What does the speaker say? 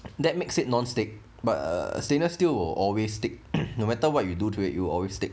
that makes it non stick but a stainless steel will always stick no matter what you do to it will always stick